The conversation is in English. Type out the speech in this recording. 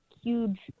huge